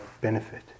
benefit